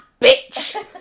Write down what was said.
bitch